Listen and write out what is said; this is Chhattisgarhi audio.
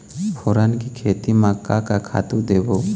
फोरन के खेती म का का खातू देबो?